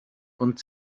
und